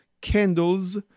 candles